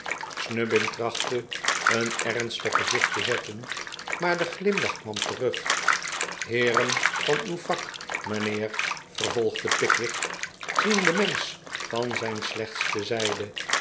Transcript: snubbin trachtte een ernstig gezicht te zetten maar de glimlach kwam terug heeren van uw vak mijnheer vervolgde pickwick zien den mensch van zijn slechtste zijde